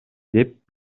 деп